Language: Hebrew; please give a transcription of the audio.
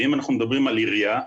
אם אנחנו מדברים על עירייה,